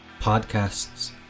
podcasts